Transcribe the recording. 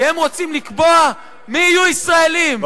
כי הם רוצים לקבוע מי יהיו ישראלים,